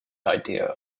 idea